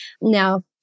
Now